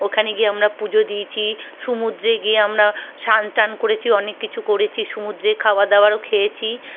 ওখানে গিয়ে আমরা পুজো দিয়েছি সুমুদ্রে গিয়ে আমরা স্নান টান করেছি অনেক কিছু করেছি সুমুদ্রে খাওয়া দাওয়ারও খেয়েছি